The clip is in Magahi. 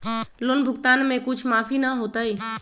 लोन भुगतान में कुछ माफी न होतई?